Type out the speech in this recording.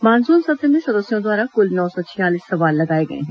monsoon सत्र में सदस्यों द्वारा कुल नौ सौ छियालीस सवाल लगाए गए हैं